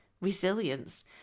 resilience